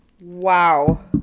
Wow